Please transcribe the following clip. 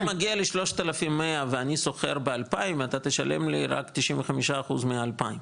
אם מגיע לי 3,100 ואני שוכר ב-2,000 אתה תשלם לי רק 95 אחוז מה-2,000,